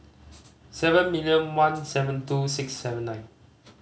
seven million one seven two six seven nine